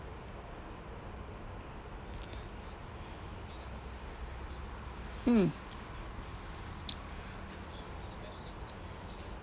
mm